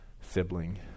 sibling